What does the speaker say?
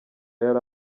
yari